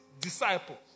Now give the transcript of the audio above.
disciples